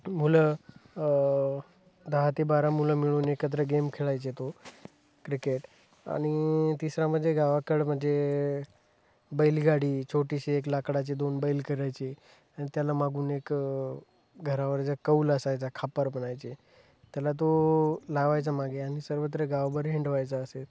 मुलं दहा ते बारा मुलं मिळून एकत्र गेम खेळायचे तो क्रिकेट आणि तिसरा म्हणजे गावाकडे म्हणजे बैलगाडी छोटीशी एक लाकडाची दोन बैल करायची आणि त्याला मागून एक घरावर ज कौल असायचा खापर बनायचे त्याला तो लावायचा मागे आणि सर्वत्र गावभर हिंडवायचा असेल